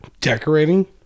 decorating